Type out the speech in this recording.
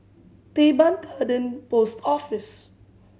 Teban Garden Post Office